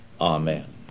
Amen